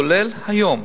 כולל היום.